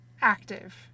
active